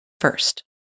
first